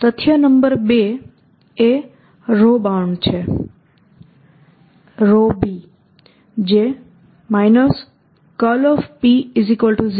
તથ્ય નંબર 2 એ row bound b છે જે